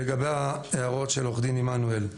לגבי ההערות של עו"ד עמנואל,